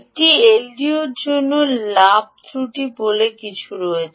একটি এলডিওর জন্য লাভ ত্রুটি বলে কিছু রয়েছে